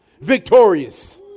Victorious